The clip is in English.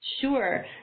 Sure